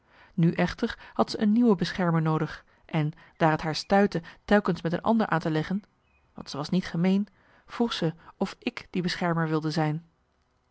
nu echter had ze een nieuwe beschermer noodig en daar t haar stuitte telkens met een ander aan te leggen want ze was niet gemeen vroeg ze of ik die beschermer wilde zijn